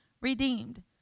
redeemed